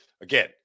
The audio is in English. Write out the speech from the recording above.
again